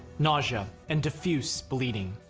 nausea, and diffuse bleeding.